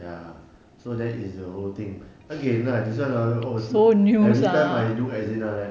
ya so that is the whole thing okay ah this one ah oh every time I do as in ah like